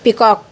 peacock